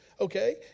okay